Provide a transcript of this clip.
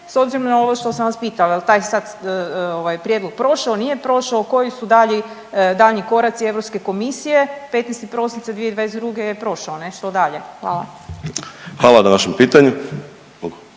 s obzirom na ovo što sam vas pitala? Jel sad taj prijedlog prošao, nije prošao, koji su daljnji koraci Europske komisije? 15. prosinca 2022. je prošao ne, što dalje? Hvala. **Majdak, Tugomir**